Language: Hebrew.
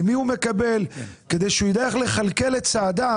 ממי הוא מקבל כדי שהוא ידע איך לכלכל את צעדיו